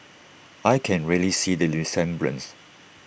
I can really see the resemblance